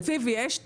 תקציב יש,